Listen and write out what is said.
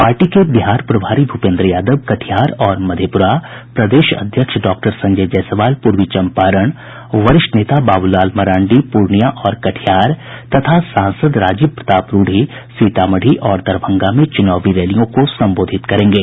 party के बिहार प्रभारी भूपेन्द्र यादव कटिहार और मधेपुरा प्रदेश अध्यक्ष डॉक्टर संजय जायसवाल पूर्वी चम्पारण वरिष्ठ नेता बाबू लाल मरांडी पूर्णियां और कटिहार तथा सांसद राजीव प्रताप रूढ़ी सीतामढ़ी और दरभंगा में चुनावी रैलियों को संबोधित करेंगे